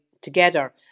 together